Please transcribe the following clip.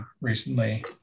recently